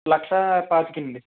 లక్షా పాతిక అండి